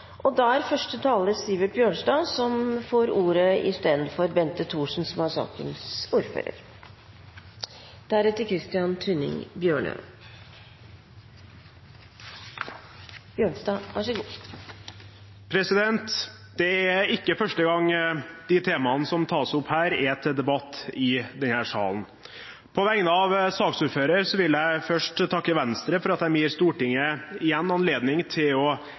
Første taler er Sivert Bjørnstad, som får ordet på vegne av Bente Thorsen, som er sakens ordfører. Det er ikke første gang de temaene som tas opp her, er til debatt i denne salen. På vegne av saksordføreren vil jeg først takke Venstre for at de gir Stortinget anledning til igjen å